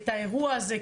האירוע הזה,